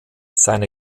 seine